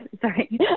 sorry